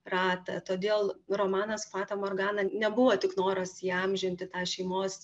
ratą todėl romanas fata morgana nebuvo tik noras įamžinti tą šeimos